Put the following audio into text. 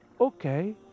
okay